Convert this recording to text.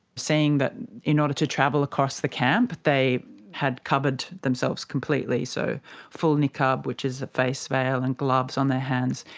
seeing that in order to travel across the camp they had covered themselves completely, so full niqab which is a face veil and gloves on their hands,